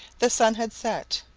the sun had set,